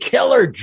Killer